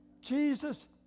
Jesus